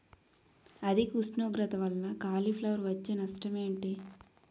అధిక ఉష్ణోగ్రత వల్ల కాలీఫ్లవర్ వచ్చే నష్టం ఏంటి?